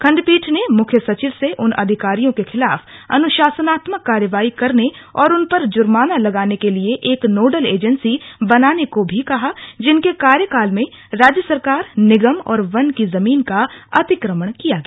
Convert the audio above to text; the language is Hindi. खंडपीठ ने मुख्य सचिव से उन अधिकारियों के खिलाफ अनुशासनात्मक कार्रवाई करने और उन पर जुर्माना लगाने के लिए एक नोडल एजेंसी बनाने को भी कहा जिनके कार्यकाल में राज्य सरकार निगम और वन की जमीन का अतिक्रमण किया गया